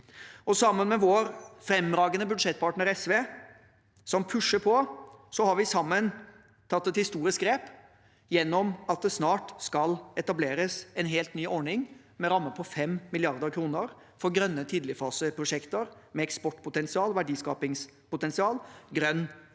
Sammen med vår fremragende budsjettpartner SV, som pusher på, har vi sammen tatt et historisk grep gjennom at det snart skal etableres en helt ny ordning med en ramme på 5 mrd. kr for grønne tidligfaseprosjekter med eksportpotensial og verdiskapingspotensial – grønn